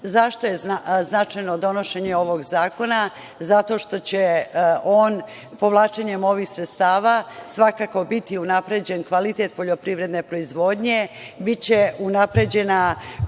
je značajno donošenje ovog zakona? Zato što će povlačenjem ovih sredstava svakako biti unapređen kvalitet poljoprivredne proizvodnje, biće unapređena